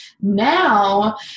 now